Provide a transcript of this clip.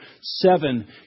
seven